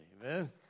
Amen